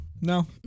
No